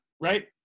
Right